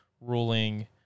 ruling